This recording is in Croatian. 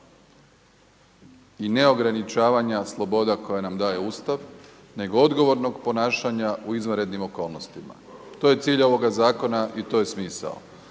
i neograničavanja sloboda koja nam daje Ustav, nego odgovornog ponašanja u izvanrednim okolnostima. To je cilj ovoga zakona i to je smisao.